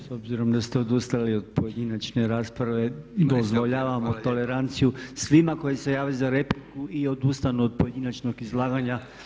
S obzirom da ste odustali od pojedinačne rasprave dozvoljavamo toleranciju svima koji se jave za repliku i odustanu od pojedinačnog izlaganja.